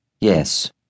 Yes